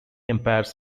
empires